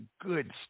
good